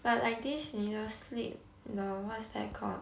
but like this 你的 sleep the what's that called